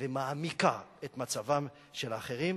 ומעמיקה את מצבם של האחרים.